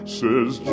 says